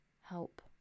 help